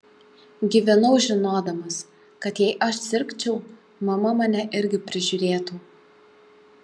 gyvenau žinodamas kad jei aš sirgčiau mama mane irgi prižiūrėtų